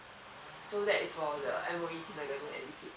so that is for the M_O_E kindergarten